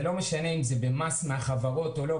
זה לא משנה אם זה במס מהחברות או לא.